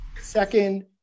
Second